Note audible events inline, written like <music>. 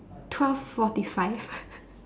twelve forty five <laughs>